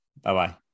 bye-bye